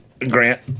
Grant